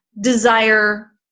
desire